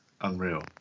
unreal